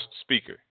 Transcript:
Speaker